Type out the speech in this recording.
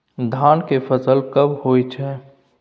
धान के फसल कब होय छै?